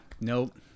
Nope